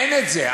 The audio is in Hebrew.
אין את זה.